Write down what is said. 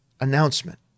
announcement